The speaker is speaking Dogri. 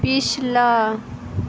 पिछला